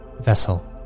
vessel